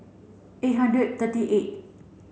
eight hundred thirty eight